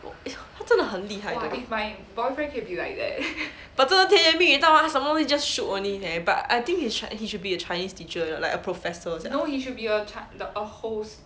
他真的很厉害 but 真的甜言蜜语到他什么东西 just shoot only leh but I think he should he should be a chinese teacher like a professor